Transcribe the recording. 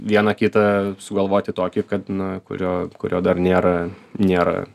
vieną kitą sugalvoti tokį kad na kurio kurio dar nėra nėra